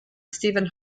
stephen